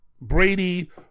Brady